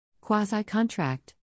Quasi-contract